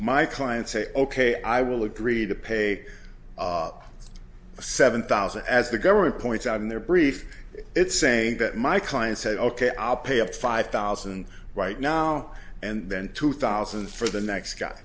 my client say ok i will agree to pay seven thousand as the government points out in their brief it's saying that my client said ok i'll pay up five thousand right now and then two thousand for the next guy